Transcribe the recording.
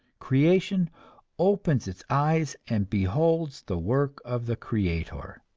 creation opens its eyes, and beholds the work of the creator,